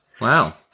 Wow